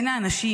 בין האנשים,